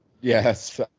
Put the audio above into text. Yes